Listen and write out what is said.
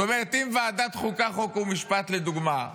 זאת אומרת, אם ועדת החוקה, חוק ומשפט, לדוגמה,